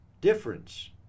difference